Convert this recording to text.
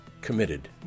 Committed